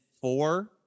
four